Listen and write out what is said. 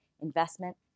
investment